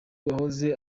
wahoze